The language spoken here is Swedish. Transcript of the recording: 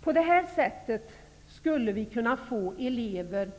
På det här sättet skulle vi kunna få elever